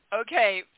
Okay